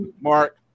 Mark